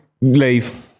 leave